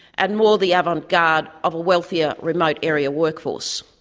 and more the avant-garde of a wealthier remote area workforce.